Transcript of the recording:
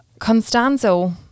Constanzo